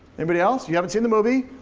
anybody else? you haven't seen the movie.